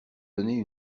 donner